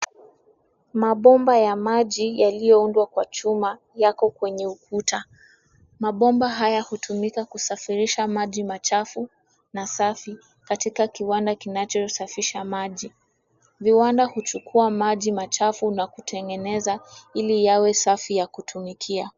Mabomba ya maji yalioundwa kwa chuma yako kwenye ukuta. Mabomba haya hutumika kusafirisha maji machafu na safi katika kiwanda kinachosafisha maji. Viwanda huchukua maji machafu na kutengeneza ili yawe safi yakutumikia.